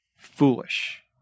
foolish